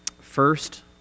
first